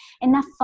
enough